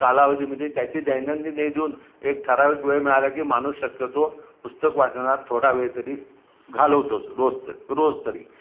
कालावधीमधे त्याची दैनंदिन ने देऊन एक ठराविक वेळ मिळाला की माणूस शक्यतो पुस्तक वाचनात थोडा वेळ तरी घालवतोच रोज तरी रोज तरी